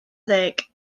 ddeg